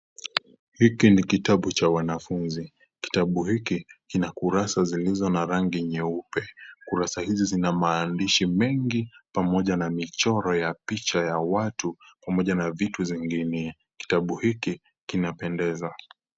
Hiki ni kitabu cha wanafunzi, kitabu hiki kina kurasa zilizo na rangi nyeupe, kurasa hizi zina maandiahi mengi pamoja na michoro ya picha ya watu pamoja na vitu vingine. Kitabu hiki kinapendeza.